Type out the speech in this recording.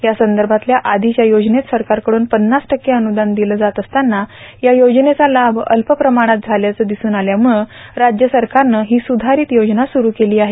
यासंदर्भातल्या आधीच्या योजनेत सरकारकडून पन्नास टक्के अन्रदान दिलं जात असताना या योजनेचा लाभ अल्प प्रमाणात झाल्याचं दिसून आल्यामुळं राज्य सरकारनं ही सुधारित योजना सुरू केली आहे